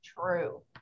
True